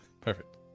Perfect